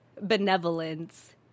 benevolence